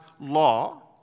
law